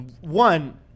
one